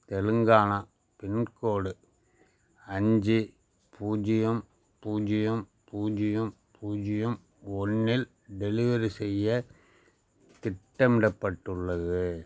Telangana pin code அஞ்சு பூஜ்ஜியம் பூஜ்ஜியம் பூஜ்ஜியம் பூஜ்ஜியம் ஒன்றில் டெலிவரி செய்ய திட்டமிடப்பட்டுள்ளது